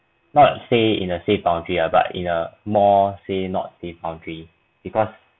not say in a safe country ah but in a more say not the country because